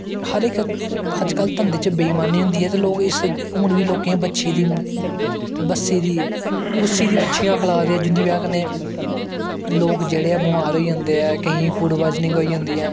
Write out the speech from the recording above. हर इक धंदे च अज्ज कल बेईमानी होंदी ऐ ते लोग इस हून बी लोकें दी मच्छी बसे दे बुस्सी दी मच्छियां खला दे ऐं जेह्दी बज़ाह् कन्नैं लेग जेह्ड़े बमार होई जंदे ऐं केंई गी फूड पाईज़निंग होई जंदी ऐ